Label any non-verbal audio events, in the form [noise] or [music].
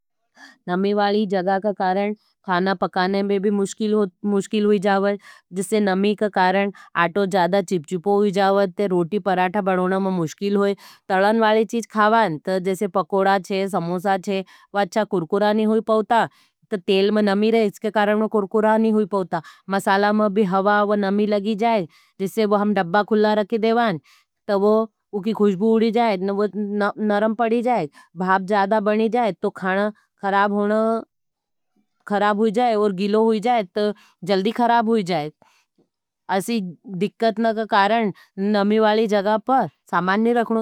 नमी वाली जगा का कारण खाना पकाने में भी मुश्किल होई [hesitation] जावएं। जिससे नमी का कारण आटो ज़्यादा चिपचुपो होई जावएं ते रोटी, परांठा बनोना में मुश्किल होई। तलन वाली चीज़ खावां, तो जिससे पकोड़ा छे, समोसा छे वो अच्छा कुर्कुरा नहीं होई पवता, तो तेल में नमी रहे, इसके कारण में कुर्कुरा नहीं होई पवता। मसाला में भी हवा नमी लगी जाएं, जिससे हम डब्बा खुला रखे देवां तो उकी खुश्बू उड़ी जाएं, नरम पड़ी जाएं, भाप जादा बनी जाएं, तो खाण खराब होना [hesitation] खराब हुई जाएं, और गिलो हुई जाएं, तो जल्दी खराब हुई जाएं। असी दिक्कतन का कारण नमी वाली जगापर सामार नहीं रखनो।